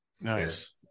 Nice